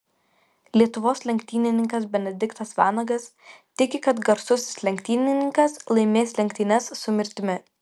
lietuvos lenktynininkas benediktas vanagas tiki kad garsusis lenktynininkas laimės lenktynes su mirtimi